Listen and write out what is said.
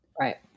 Right